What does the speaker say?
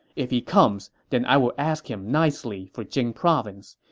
if he comes, then i will ask him nicely for jing province.